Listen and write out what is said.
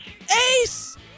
ace